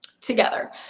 together